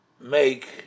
make